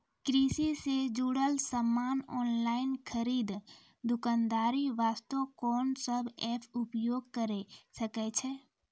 कृषि से जुड़ल समान ऑनलाइन खरीद दुकानदारी वास्ते कोंन सब एप्प उपयोग करें सकय छियै?